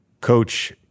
Coach